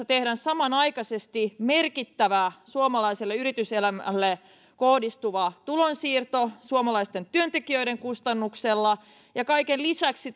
tehdään samanaikaisesti merkittävä suomalaiselle yrityselämälle kohdistuva tulonsiirto suomalaisten työntekijöiden kustannuksella ja kaiken lisäksi